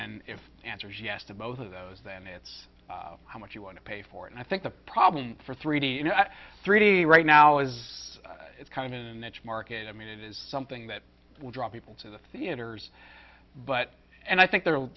then if the answer is yes to both of those then it's how much you want to pay for and i think the problem for three d three d right now is it's kind of an edge market i mean it is something that will draw people to the theaters but and i think there will